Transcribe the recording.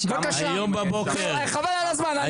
בבקשה חבל על הזמן נאור,